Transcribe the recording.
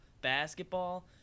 basketball